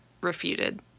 refuted